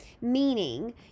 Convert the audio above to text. meaning